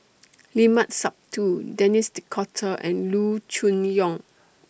Limat Sabtu Denis D'Cotta and Loo Choon Yong